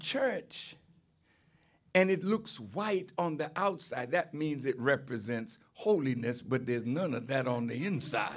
church and it looks white on the outside that means it represents holiness but there's none of that on the inside